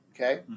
okay